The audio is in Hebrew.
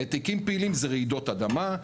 העתקים פעילים זה רעידות אדמה,